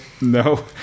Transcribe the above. No